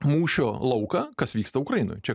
mūšio lauką kas vyksta ukrainoj čia